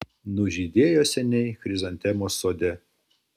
nužydėjo seniai chrizantemos sode